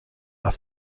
are